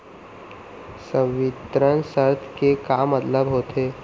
संवितरण शर्त के का मतलब होथे?